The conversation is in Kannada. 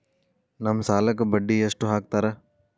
ನಮ್ ಸಾಲಕ್ ಬಡ್ಡಿ ಎಷ್ಟು ಹಾಕ್ತಾರ?